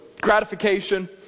gratification